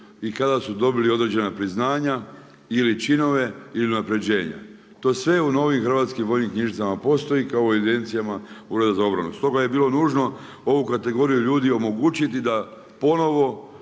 i kada su dobili određena priznanja ili činove ili unapređenje. To sve u novim hrvatskim vojnim knjižicama postoji, kao i u evidencijama Ureda za obranu. Stoga je bilo nužno ovu kategoriju ljudi omogućiti da ponovno